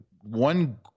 one